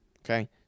okay